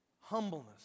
Humbleness